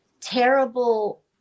terrible